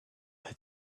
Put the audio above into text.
had